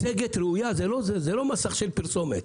מצגת ראויה היא לא מסך של פרסומת.